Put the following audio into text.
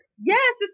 Yes